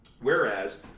Whereas